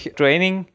training